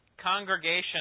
congregation